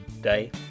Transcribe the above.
Day